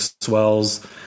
swells